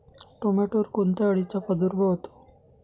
टोमॅटोवर कोणत्या अळीचा प्रादुर्भाव होतो?